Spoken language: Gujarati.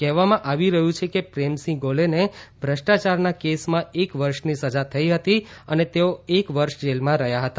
કહેવામાં આવી રહ્યું છે કે પ્રેમસિંહ ગોલેને ભ્રષ્ટાચારના કેસમાં એક વર્ષની સજા થઈ હતી અને તેઓ એક વર્ષ જેલમાં હતા